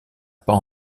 pas